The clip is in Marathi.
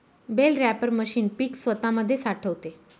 बेल रॅपर मशीन पीक स्वतामध्ये साठवते